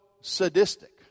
sadistic